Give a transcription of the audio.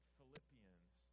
Philippians